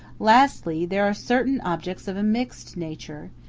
lastly, there are certain objects of a mixed nature,